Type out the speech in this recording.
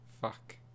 Fuck